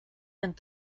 and